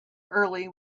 early